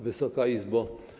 Wysoka Izbo!